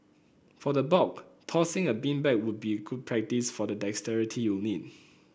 for the bulk tossing a beanbag would be good practice for the dexterity you need